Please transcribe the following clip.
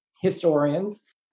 historians